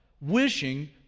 wishing